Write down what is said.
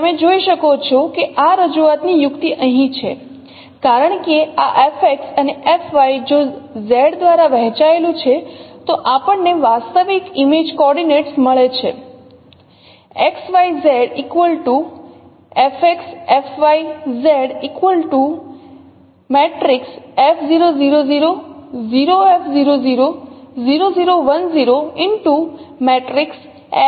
તમે જોઈ શકો છો કે આ રજૂઆતની યુક્તિ અહીં છે કારણ કે આ fX અને fY જો Z દ્વારા વહેંચાયેલું છે તોઆપણ ને વાસ્તવિક ઇમેજ કોઓર્ડિનેટ્સ મળે છે